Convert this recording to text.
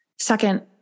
Second